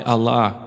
Allah